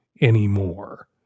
anymore